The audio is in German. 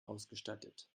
ausgestattet